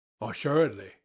assuredly